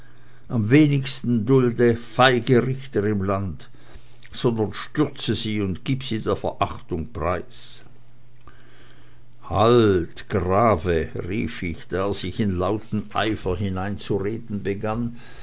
am wenigsten dulde feige richter im land sondern stürze sie und gib sie der verachtung preis halt grave rief ich da er sich in lauten eifer hineinzureden begann